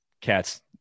Cats